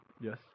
Yes